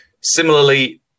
Similarly